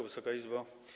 Wysoka Izbo!